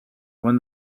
when